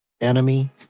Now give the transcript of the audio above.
enemy